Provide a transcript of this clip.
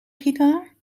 gitaar